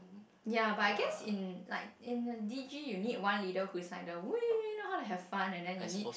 ya but I guess in like in the D G you need one leader who is like the wee know how to have fun and then you need